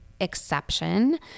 exception